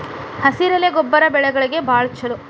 ಹಸಿರೆಲೆ ಗೊಬ್ಬರ ಬೆಳೆಗಳಿಗೆ ಬಾಳ ಚಲೋ